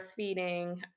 breastfeeding